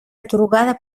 atorgada